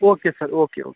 okay sir okay okay